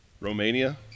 Romania